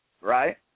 right